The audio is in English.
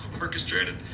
orchestrated